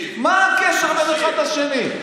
מה הקשר בין אחד לשני?